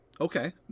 Okay